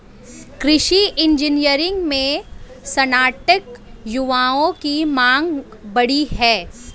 कृषि इंजीनियरिंग में स्नातक युवाओं की मांग बढ़ी है